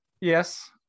Yes